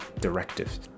directive